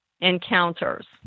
encounters